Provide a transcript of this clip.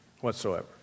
whatsoever